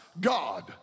God